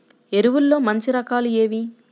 ఎరువుల్లో మంచి రకాలు ఏవి?